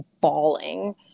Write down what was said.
bawling